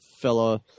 fella